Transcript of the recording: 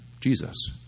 Jesus